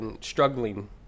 struggling